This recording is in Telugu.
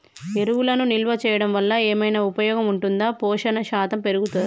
ఎరువులను నిల్వ చేయడం వల్ల ఏమైనా ఉపయోగం ఉంటుందా పోషణ శాతం పెరుగుతదా?